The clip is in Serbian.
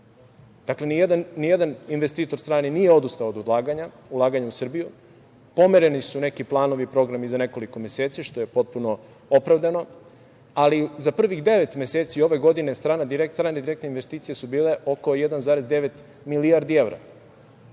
Dakle, nijedan strani investitor nije odustao od ulaganja u Srbiju. Pomereni su neki planovi i programi za nekoliko meseci, što je potpuno opravdano, ali za prvih devet meseci ove godine strane direktne investicije su bile oko 1,9 milijardi